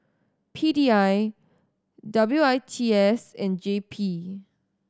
P D I W I T S and J P